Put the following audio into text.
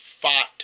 fought